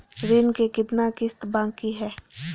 ऋण के कितना किस्त बाकी है?